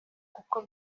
kuko